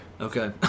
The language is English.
Okay